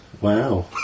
Wow